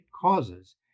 causes